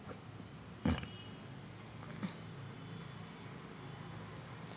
नागिन किड टमाट्यावर आली नाही पाहिजे त्याले काय करा लागन?